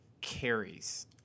carries